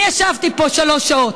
אני ישבתי פה שלוש שעות,